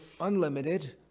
unlimited